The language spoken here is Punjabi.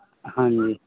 ਹਾਂਜੀ